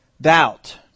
doubt